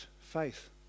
faith